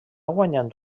guanyant